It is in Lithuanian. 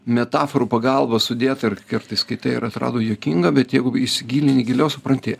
metaforų pagalba sudėta ir kartais skaitai ir atrodo juokinga bet jeigu įsigilini giliau supranti